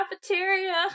cafeteria